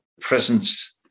presence